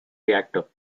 reactor